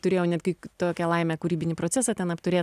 turėjau ne tik tokią laimę kūrybinį procesą ten apturėt